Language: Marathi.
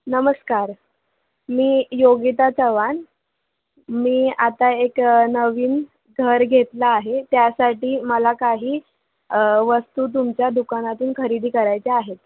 नमस्कार मी योगिता चव्हान मी आता एक नवीन घर घेतलं आहे त्यासाठी मला काही वस्तू तुमच्या दुकानातून खरेदी करायच्या आहेत